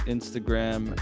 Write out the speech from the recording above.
Instagram